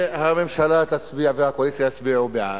והממשלה והקואליציה יצביעו בעד,